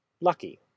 Lucky